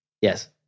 yes